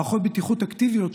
מערכות בטיחות אקטיביות,